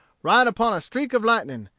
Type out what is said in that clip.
ride upon a streak of lightning,